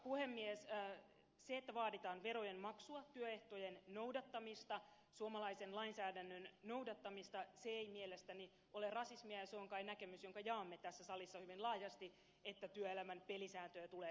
se että vaaditaan verojen maksua työehtojen noudattamista suomalaisen lainsäädännön noudattamista se ei mielestäni ole rasismia ja se on kai näkemys jonka jaamme tässä salissa hyvin laajasti että työelämän pelisääntöjä tulee noudattaa